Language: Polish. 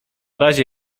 razie